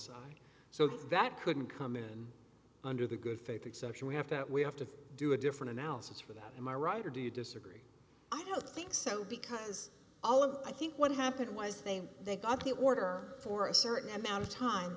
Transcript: aside so that couldn't come in under the good faith exception we have that we have to do a different analysis for that am i right or do you disagree i don't think so because all of the i think what happened was they they got the order for a certain amount of time